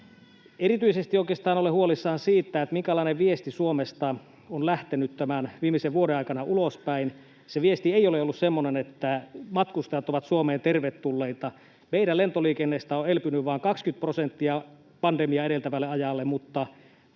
erityisesti huolissani siitä, minkälainen viesti Suomesta on lähtenyt tämän viimeisen vuoden aikana ulospäin. Se viesti ei ole ollut semmoinen, että matkustajat ovat Suomeen tervetulleita. Meidän lentoliikenteestä on elpynyt vain 20 prosenttia pandemiaa edeltävän ajan tasolle, mutta